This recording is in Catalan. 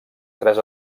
tres